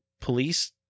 police